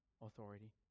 authority